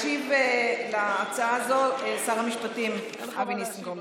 ישיב על הצעה הזאת שר המשפטים אבי ניסנקורן.